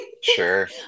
Sure